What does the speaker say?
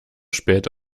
spät